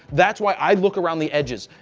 that's why i look around the edges.